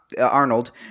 Arnold